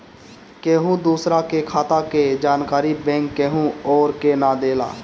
केहू दूसरा के खाता के जानकारी बैंक केहू अउरी के ना देला